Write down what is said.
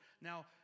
Now